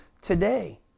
today